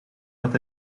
met